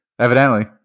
evidently